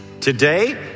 today